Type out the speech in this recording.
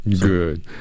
Good